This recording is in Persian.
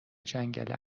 جنگل